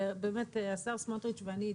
באמת השר סמוטריץ' ואני,